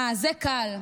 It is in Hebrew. אה, זה קל.